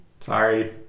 Sorry